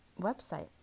website